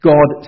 God